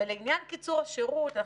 ולעניין קיצור השירות,